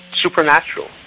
supernatural